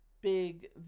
big